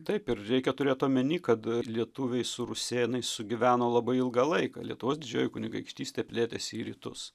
taip ir reikia turėt omeny kad lietuviai su rusėnais sugyveno labai ilgą laiką lietuvos didžioji kunigaikštystė plėtėsi į rytus